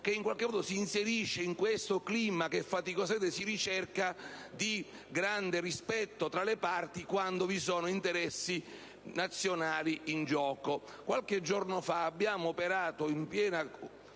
che si inserisce in un clima, che faticosamente si ricerca, di grande rispetto tra le parti quando vi sono interessi nazionali in gioco. Qualche giorno fa abbiamo operato in piena